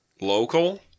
Local